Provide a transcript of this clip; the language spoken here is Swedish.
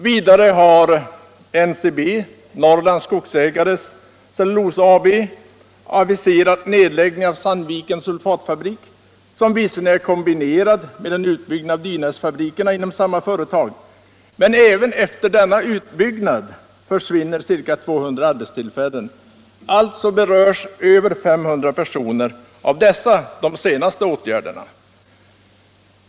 Vidare har NCB, Norrlands Skogsägares Cellulosa AB, aviserat nedläggning av Sandvikens sulfatfabrik, som visserligen är kombinerad med en utbyggnad av Dynäsfabriken inom samma företag men som iven efter denna utbyggnad innebär att ca 200 arbetstillfällen försvinner. Alltså berörs över 500 personer av dessa åtgärder.